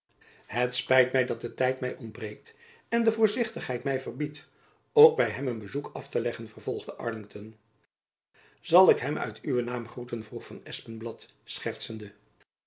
het spijt my dat de tijd my ontbreekt en de voorzichtigheid my verbiedt ook by hem een bezoek af te leggen vervolgde arlington zal ik hem uit uwen naam groeten vroeg van espenblad schertsende